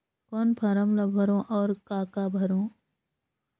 कौन फारम ला भरो और काका भरो?